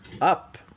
Up